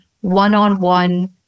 one-on-one